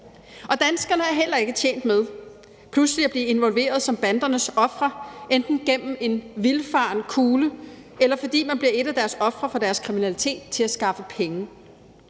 Danskerne er heller ikke tjent med pludselig at blive involveret som bandernes ofre hverken gennem en vildfaren kugle, eller fordi man bliver et af offer for deres kriminalitet i forhold til at skaffe penge.